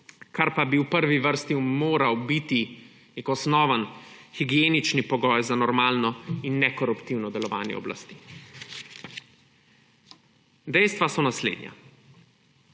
kar pa bi v prvi vrsti moral biti nek osnovni higienični pogoj za normalno in nekoruptivno delovanje oblasti. Dejstva so naslednja.